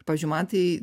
pavyzdžiui man tai